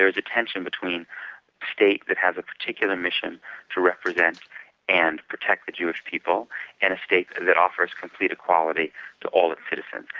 there is a tension between a state that has a particular mission to represent and protect the jewish people and a state that offers complete equality to all its citizens.